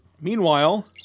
Meanwhile